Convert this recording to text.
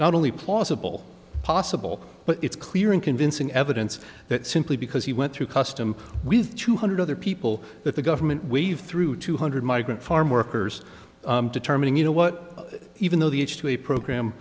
not only plausible possible but it's clear and convincing evidence that simply because he went through customs with two hundred other people that the government waved through two hundred migrant farm workers determining you know what even though the h two a program